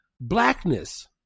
blackness